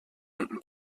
unten